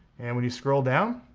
and when you scroll down,